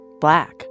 black